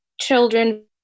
children